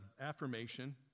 affirmation